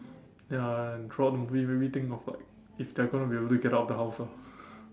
ya and throughout the movie it made me think of like if they're gonna be able to get out of the house ah